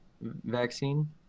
vaccine